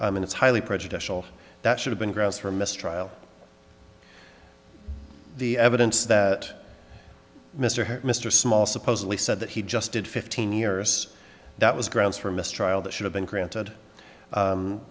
and it's highly prejudicial that should have been grounds for a mistrial the evidence that mr mr small supposedly said that he just did fifteen years that was grounds for a mistrial that should have been granted